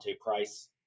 Price